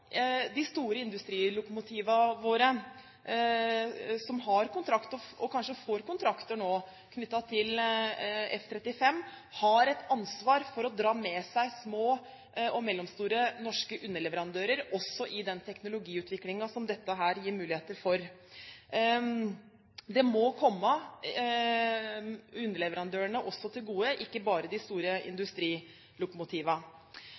de store industrilokomotivene våre, som har kontrakt og kanskje får kontrakter nå knyttet til F-35, har et ansvar for å dra med seg små og mellomstore norske underleverandører også i den teknologiutviklingen som dette gir muligheter for. Det må komme også underleverandørene til gode, ikke bare de store